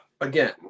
again